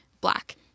black